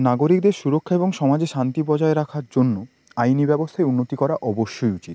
নাগরিকদের সুরক্ষা এবং সমাজে শান্তি বজায় রাখার জন্য আইনি ব্যবস্থায় উন্নতি করা অবশ্যই উচিত